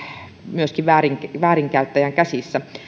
myöskin väärinkäyttäjän käsissä